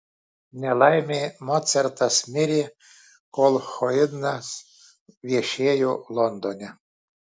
nelaimei mocartas mirė kol haidnas viešėjo londone